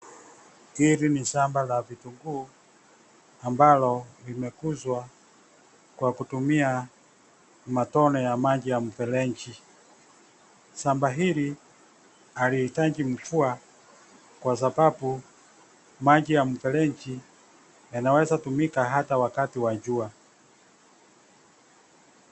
Hili ni shamba la vitunguu ambalo limekuzwa kwa kutumia matone ya maji ya mfereji. Shamba hili halihitaji mvua, kwasababu maji ya mfereji yanaweza tumika hata wakati wa jua.